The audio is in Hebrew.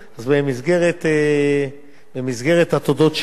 אז במסגרת התודות שלי אני